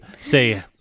say